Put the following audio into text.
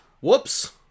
Whoops